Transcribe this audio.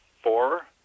four